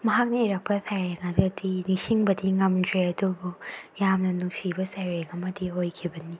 ꯃꯍꯥꯛꯅ ꯏꯔꯛꯄ ꯁꯩꯔꯦꯡ ꯑꯗꯨꯗꯤ ꯅꯤꯡꯁꯤꯡꯕꯗꯤ ꯉꯝꯗ꯭ꯔꯦ ꯑꯗꯨꯕꯨ ꯌꯥꯝꯅ ꯅꯨꯡꯁꯤꯕ ꯁꯩꯔꯦꯡ ꯑꯃꯗꯤ ꯑꯣꯏꯈꯤꯕꯅꯤ